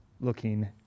looking